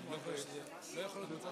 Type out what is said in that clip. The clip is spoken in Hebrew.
אדוני סגן השר,